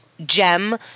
gem